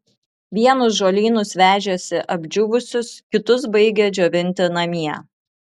vienus žolynus vežėsi apdžiūvusius kitus baigė džiovinti namie